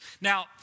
Now